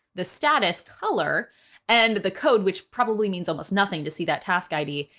the status color and the code, which probably means almost nothing to see that task id.